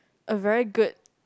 a very good